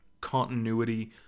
continuity